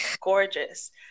gorgeous